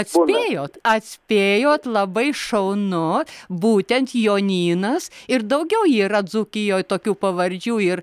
atspėjot atspėjot labai šaunu būtent jonynas ir daugiau yra dzūkijoj tokių pavardžių ir